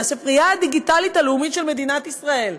זה הספרייה הדיגיטלית הלאומית של מדינת ישראל.